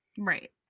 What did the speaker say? Right